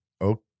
okay